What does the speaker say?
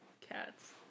cats